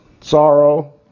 sorrow